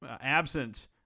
absence